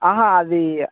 అది